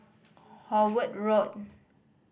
Howard Road